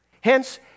Hence